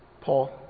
Paul